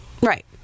Right